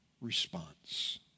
response